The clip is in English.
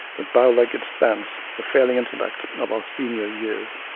the bow-legged stance, the failing intellect, of our senior years.